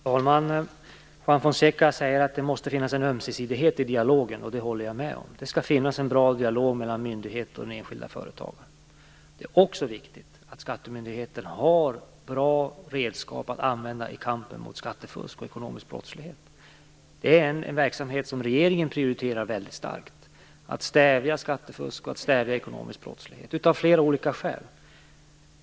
Fru talman! Juan Fonseca säger att det måste finnas en ömsesidighet i dialogen. Det håller jag med om. Det skall finnas en bra dialog mellan myndigheten och den enskilda företagaren. Det är också viktigt att skattemyndigheten har bra redskap att använda i kampen mot skattefusk och ekonomisk brottslighet. Det är en verksamhet som regeringen prioriterar väldigt starkt, av olika skäl.